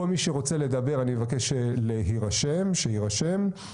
כל מי שרוצה לדבר אני מבקש שיירשם ותקבלו את רשות הדיבור.